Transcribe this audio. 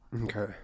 Okay